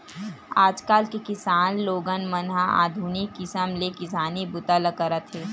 आजकाल के किसान लोगन मन ह आधुनिक किसम ले किसानी बूता ल करत हे